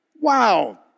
Wow